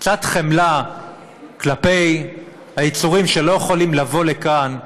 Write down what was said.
קצת חמלה כלפי היצורים שלא יכולים לבוא לכאן,